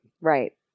Right